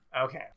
Okay